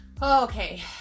Okay